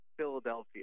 Philadelphia